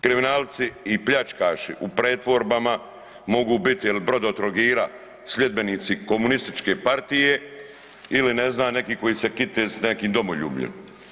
Kriminalci i pljačkaši u pretvorbama mogu biti ili Brodotrogira, sljedbenici Komunističke partije ili ne znam, neki koji se kite s nekim domoljubljem.